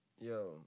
yo